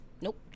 Nope